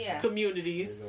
communities